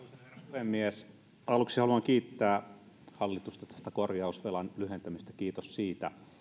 puhemies aluksi haluan kiittää hallitusta tästä korjausvelan lyhentämisestä kiitos siitä